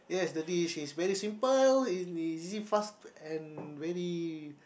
as the dish is very simple easy fast and very